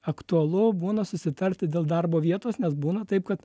aktualu būna susitarti dėl darbo vietos nes būna taip kad